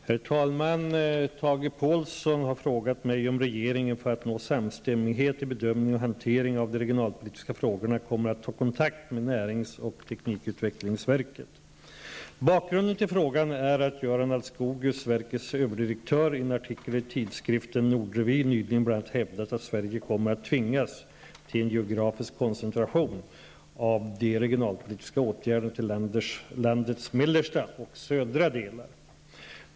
Herr talman! Tage Påhlsson har frågat mig om regeringen, för att nå samstämmighet i bedömning och hantering av de regionalpolitiska frågorna, kommer att ta kontakt med närings och teknikutvecklingsverket. Bakgrunden till frågan är att Göran Aldskogius, verkets överdirektör, i en artikel i tidskriften Nordrevy nyligen bl.a. hävdat att Sverige kommer att tvingas till en geografisk koncentration av de regionalpolitiska åtgärderna till landets mellersta och södra delar.